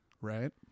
right